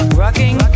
rocking